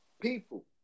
People